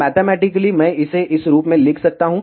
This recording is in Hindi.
मैथमेटिकली मैं इसे इस रूप में लिख सकता हूं